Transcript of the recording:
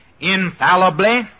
infallibly